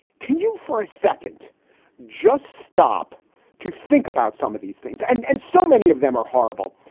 can you for a second just stop to think about some of these things? and and so many of them are horrible,